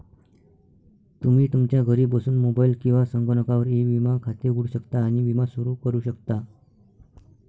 तुम्ही तुमच्या घरी बसून मोबाईल किंवा संगणकावर ई विमा खाते उघडू शकता आणि विमा सुरू करू शकता